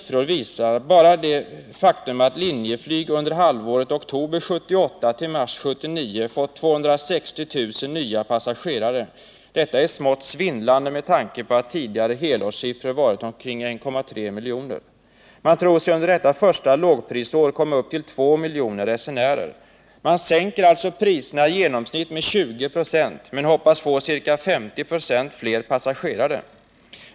Bara det faktum att Linjeflyg under halvåret oktober 1978-mars 1979 fått 260 000 nya passagerare är smått svindlande med tanke på att tidigare helårssiffror varit omkring 1,3 miljoner. Man tror sig under detta första lågprisår komma upp till 2 miljoner resenärer. Man sänker alltså priserna i genomsnitt med 20 96, men hoppas få ca 50 96 fler passagerare.